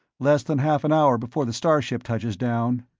less than half an hour before the starship touches down.